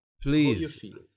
Please